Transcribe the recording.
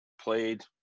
played